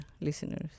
listeners